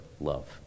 love